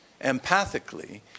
empathically